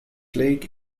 lake